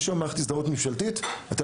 יש היום מערכת הזדהות ממשלתית, אי